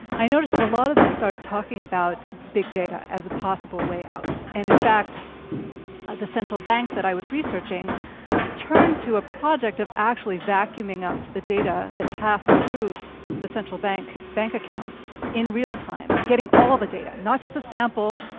i noticed that a lot of them started talking about big data as a possible way out. and in fact at ah the central bank that i was researching turned to a project of actually vacuuming up the data that passed through the central bank bank accounts in real time, getting all the data, not just a sample,